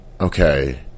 okay